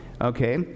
okay